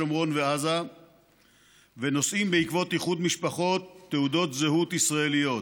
שומרון ועזה ונושאים בעקבות איחוד משפחות תעודת זהות ישראליות.